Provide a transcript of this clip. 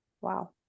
Wow